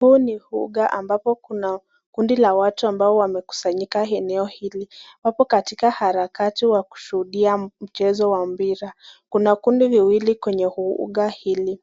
Huu ni uga ambapo kuna kundi la watu ambao wamekusanyika eneo hili wapo katika harakati wa kushuhudia mchezo wa mpira. Kuna kundi viwili kwenye uga hili.